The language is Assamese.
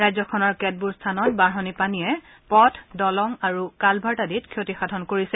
ৰাজ্যখনৰ কেতবোৰ স্থানত বাঢ়নী পানীয়ে পথ দলং আৰু কালভাৰ্ট আদিত ক্ষতিসাধন কৰিছে